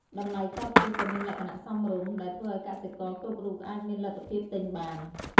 តម្លៃចបជីកក៏មានលក្ខណៈសមរម្យ ដែលធ្វើឱ្យកសិករគ្រប់រូបអាចមានលទ្ធភាពទិញបាន។